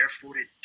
barefooted